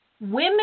women